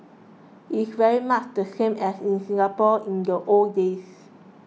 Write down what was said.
it's very much the same as in Singapore in the old days